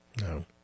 No